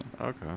okay